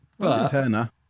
Turner